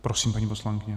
Prosím, paní poslankyně.